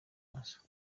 maso